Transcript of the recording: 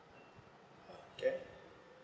okay